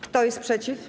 Kto jest przeciw?